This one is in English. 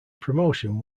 promotion